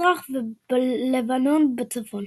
בצפון־מזרח ובלבנון בצפון.